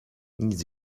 nic